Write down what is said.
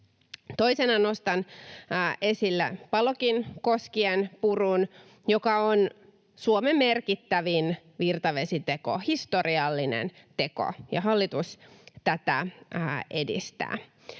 Toisena nostan esille Palokin koskien purun, joka on Suomen merkittävin virtavesiteko, historiallinen teko, ja hallitus tätä edistää.